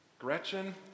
Gretchen